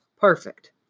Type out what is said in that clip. perfect